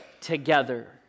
together